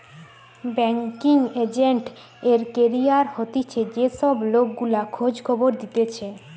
banking agent এর career হতিছে যে সব লোক গুলা খোঁজ খবর দিতেছে